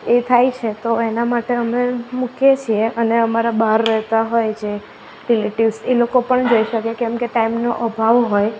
એ થાય છે તો એના માટે અમે મૂકીએ છીએ અને અમારા બહાર રહેતા હોય જે રેલેટિવ્સ એ લોકો પણ જોઈ શકે કેમ કે ટાઈમનો અભાવ હોય